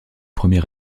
premier